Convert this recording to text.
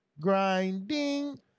Grinding